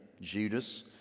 Judas